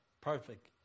perfect